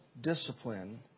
discipline